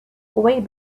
way